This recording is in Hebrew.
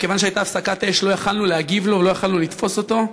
כיוון שהייתה הפסקת אש לא יכולנו להגיב לו ולא יכולנו לתפוס אותו.